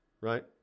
right